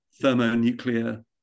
thermonuclear